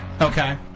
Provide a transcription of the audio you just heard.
okay